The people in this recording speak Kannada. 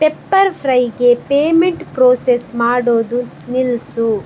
ಪೆಪ್ಪರ್ ಫ್ರೈಗೆ ಪೇಮೆಂಟ್ ಪ್ರೋಸೆಸ್ ಮಾಡೋದು ನಿಲ್ಲಿಸು